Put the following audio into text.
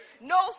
no